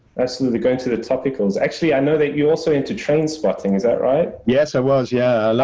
absolutely, going to the topicals. actually i know that you're also into train spotting. is that right? yes, i was. yeah,